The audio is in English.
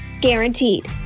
Guaranteed